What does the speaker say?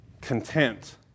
content